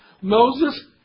Moses